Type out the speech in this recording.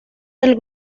del